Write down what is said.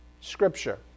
scripture